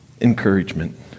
encouragement